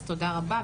אז תודה רבה,